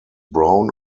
brown